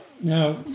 Now